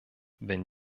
wenn